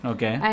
Okay